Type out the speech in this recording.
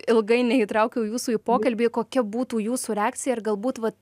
ilgai neįtraukiau jūsų į pokalbį kokia būtų jūsų reakcija ir galbūt vat